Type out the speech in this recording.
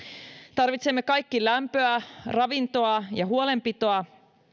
tarvitsemme kaikki lämpöä ravintoa ja huolenpitoa